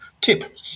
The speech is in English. tip